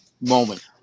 Moment